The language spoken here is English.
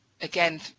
again